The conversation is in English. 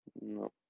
No